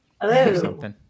Hello